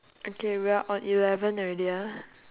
okay we are on eleven already ah